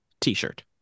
t-shirt